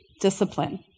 discipline